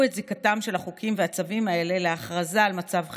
את זיקתם של החוקים והצווים האלה להכרזה על מצב חירום.